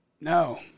No